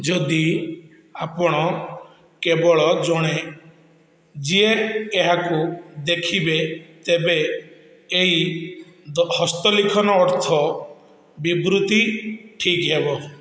ଯଦି ଆପଣ କେବଳ ଜଣେ ଯିଏ ଏହାକୁ ଦେଖିବେ ତେବେ ଏଇ ଦ ହସ୍ତଲିଖନ ଅର୍ଥ ବିବୃତ୍ତି ଠିକ୍ ହେବ